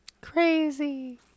Crazy